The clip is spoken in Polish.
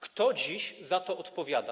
Kto dziś za to odpowiada?